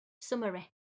summary